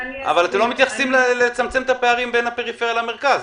אבל אתם לא מתייחסים לצמצום הפערים בין הפריפריה למרכז.